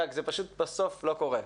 רק זה פשוט בסוף לא קורה.